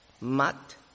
mat